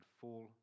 fall